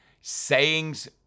sayings